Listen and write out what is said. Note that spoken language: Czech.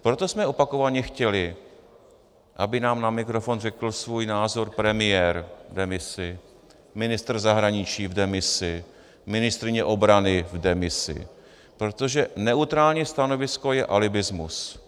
Proto jsme opakovaně chtěli, aby nám na mikrofon řekl svůj názor premiér v demisi, ministr zahraničí v demisi, ministryně obrany v demisi, protože neutrální stanovisko je alibismus.